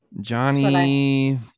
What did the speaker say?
johnny